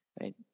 right